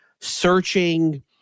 searching